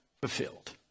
fulfilled